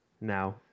Now